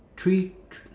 three thr~